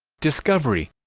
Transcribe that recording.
discovery